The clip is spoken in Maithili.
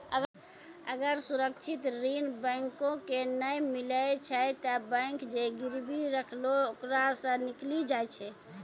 अगर सुरक्षित ऋण बैंको के नाय मिलै छै तै बैंक जे गिरबी रखलो ओकरा सं निकली जाय छै